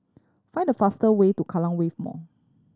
find the faster way to Kallang Wave Mall